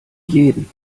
jeden